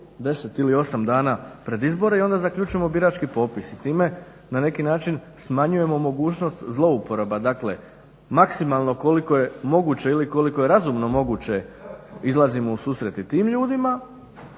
10 ili 8 dana pred izbore i onda zaključujemo birački popis i time na neki način smanjujemo mogućnost zlouporaba. Dakle maksimalno koliko je moguće ili koliko je razumno moguće izlazimo u susret i tim ljudima,